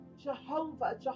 jehovah